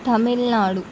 Tamil Nadu